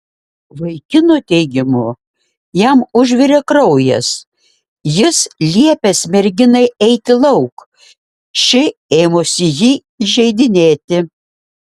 vaikino teigimu jam užvirė kraujas jis liepęs merginai eiti lauk ši ėmusi jį įžeidinėti